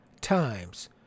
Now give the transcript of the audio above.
times